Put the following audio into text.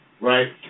Right